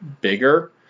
bigger